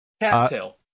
Cattail